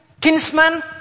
Kinsman